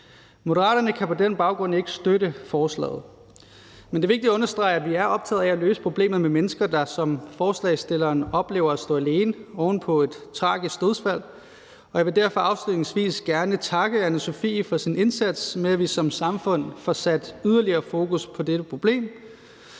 Moderaterne kan på den baggrund ikke støtte forslaget. Men det er vigtigt at understrege, at vi er optaget af at løse problemet med mennesker, der som forslagsstilleren oplever at stå alene oven på et tragisk dødsfald, og jeg vil derfor afslutningsvis gerne takke Anna-Sofie for hendes indsats for, at vi som samfund får sat yderligere fokus på dette problem,